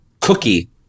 Cookie